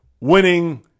winning